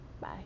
Bye